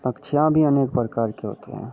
पक्षियाँ भी अनेक प्रकार के होते हैं